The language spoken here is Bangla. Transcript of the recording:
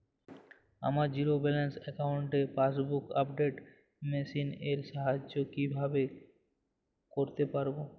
আমার জিরো ব্যালেন্স অ্যাকাউন্টে পাসবুক আপডেট মেশিন এর সাহায্যে কীভাবে করতে পারব?